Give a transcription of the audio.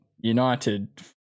United